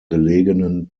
gelegenen